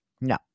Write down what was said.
no